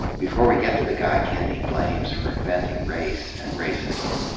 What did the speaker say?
before we get to the guy kendi blames for inventing race, and racism,